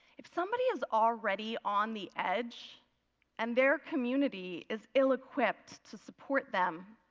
if somebody is already on the edge and their community is ill-equipped to support them,